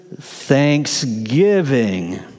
Thanksgiving